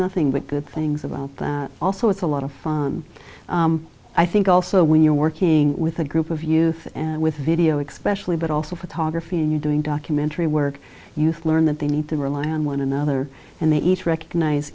nothing but good things about them also it's a lot of fun i think also when you're working with a group of youth and with video expression but also photography and you're doing documentary work you learn that they need to rely on one another and they each recogni